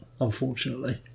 unfortunately